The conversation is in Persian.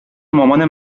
مامانه